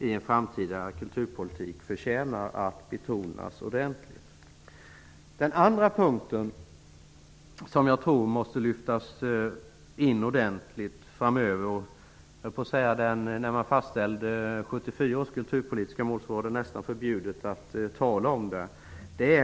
Det tror jag förtjänar att betonas ordentligt i en framtida kulturpolitik. Dessutom måste mediefrågorna framöver lyftas in ordentligt i ett kulturpolitiskt perspektiv. När man fastställde 1974 års kulturpolitiska mål var det nästan förbjudet att tala om det.